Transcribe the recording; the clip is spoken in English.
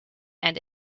and